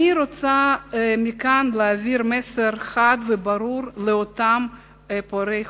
אני רוצה להעביר מכאן מסר חד וברור לאותם פורעי חוק.